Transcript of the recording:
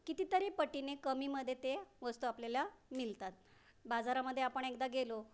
कितीतरी पटीने कमीमध्ये ते वस्तू आपल्याला मिळतात बाजारामध्ये आपण एकदा गेलो